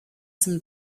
some